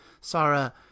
sarah